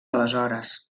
aleshores